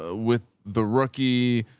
ah with the rookie,